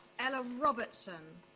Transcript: ella robertson